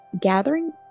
gathering